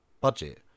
budget